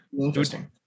Interesting